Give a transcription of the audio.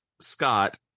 Scott